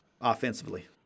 offensively